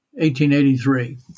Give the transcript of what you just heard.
1883